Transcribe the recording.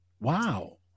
Wow